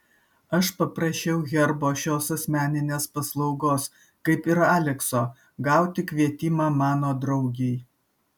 aš paprašiau herbo šios asmeninės paslaugos kaip ir alekso gauti kvietimą mano draugei